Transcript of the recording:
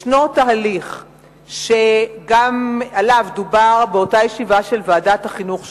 יש תהליך שגם עליו דובר באותה ישיבה של ועדת החינוך,